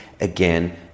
again